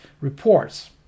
Reports